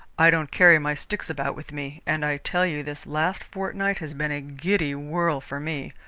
i don't carry my sticks about with me, and i tell you this last fortnight has been a giddy whirl for me.